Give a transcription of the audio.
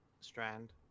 strand